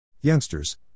Youngsters